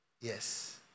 Yes